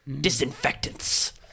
disinfectants